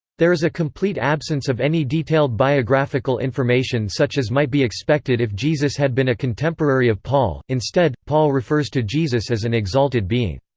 there is a complete absence of any detailed biographical information such as might be expected if jesus had been a contemporary of paul instead, paul refers to jesus as an exalted being.